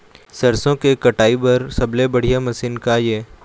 सरसों के कटाई बर सबले बढ़िया मशीन का ये?